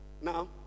Now